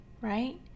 right